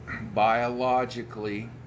biologically